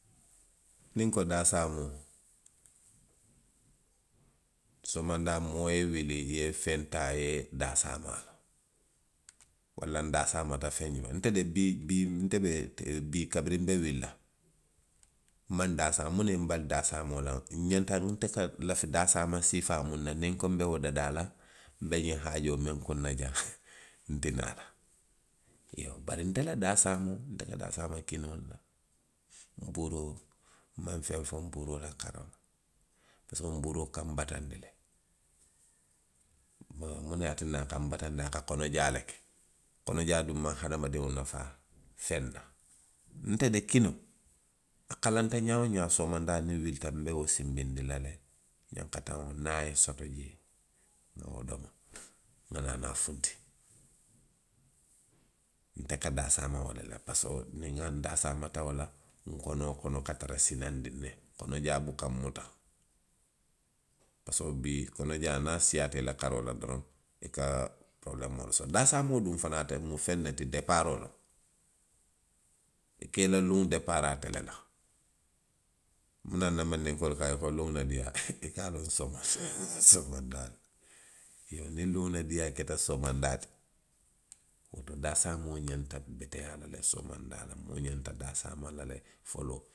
Niŋ nko daasaamoo, somondaa doroŋ i ye wili i ye feŋ taa i ye i daasaama a la, walla nŋa ndaasaama kafee la. Nte de, bii, bii, nte de bii kabiriŋ nbe wili la. nmaŋ daasaama. Muŋ ne ye nbali daasaamoo la, nňanta. nte se, nlafi daasaama siifaa miŋ na, niŋ nko be wo dadaa la. nbe ňiŋ haajoo miŋ kunna na jaŋ nti naa la. Iyoo bari nte ka daasaama de, nte ka daasaamoo kinoo le la? Nte de, nmaŋ feŋ fo nbuuroo la karoo la. Nbuuroo ka nbataandi le. muŋ ne ye a tinna a ka nbataandi, a ka kono jaa le ke. konojaa duŋ maŋ hadamladiŋo nafaa fe na. Nte de kinoo, a kalanta ňaa woo ňaa, somondaa niŋ nwilita nbe wo sinbindi la le. ňankataŋo, naa ye sappi jee, nŋa wo domo nŋa naanaa funti. nte ka daasaama wo le la parisiko, niŋ ndaasaamata wo la, nkonoo kono ka tara sinandiŋ ne, konojaa buka nmuta. Parisiko wo bee, konojaa niŋ a siiyaata i la karoo la doroŋ, i ka porobuleemoo le soto. daasaamoo duŋ fanaŋ de, ate mu feŋ ne ti, kee baaroo loŋ. I ka i la luŋo depaari ate le la. Wo laŋ na manddinkoolu ka a fo luŋo la diiyaa i ka a loŋ somondaa le la. Iyoo niŋ luŋo la diiyaa leta somondaa ti, woto daasaamoo ňanta beteyaa la le somondaa la, moolu ye daasaama foloo.